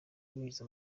winjiza